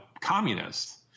communist